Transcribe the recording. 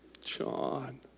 John